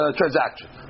transaction